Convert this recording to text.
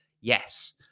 Yes